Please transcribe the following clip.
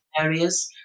areas